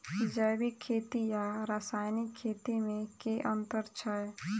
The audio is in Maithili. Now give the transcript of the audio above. जैविक खेती आ रासायनिक खेती मे केँ अंतर छै?